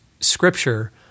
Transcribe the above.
scripture